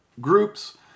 groups